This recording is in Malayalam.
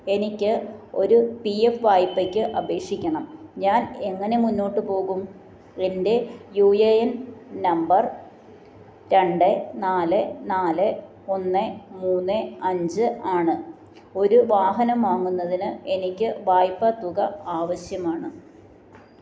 എനിക്ക് ഒരു പീ യെഫ് വായ്പയ്ക്ക് അപേഷിക്കണം ഞാൻ എങ്ങനെ മുന്നോട്ട് പോകും എന്റെ യൂ ഏ എൻ നമ്പർ രണ്ട് നാല് നാല് ഒന്ന് മൂന്ന് അഞ്ച് ആണ് ഒരു വാഹനം വാങ്ങുന്നതിന് എനിക്ക് വായ്പ തുക ആവശ്യമാണ്